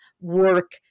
work